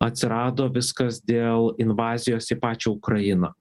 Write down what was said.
atsirado viskas dėl invazijos į pačią ukrainą